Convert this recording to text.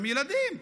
הם ילדים.